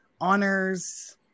honors